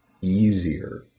easier